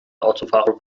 autofahrern